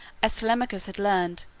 as telemachus had learned,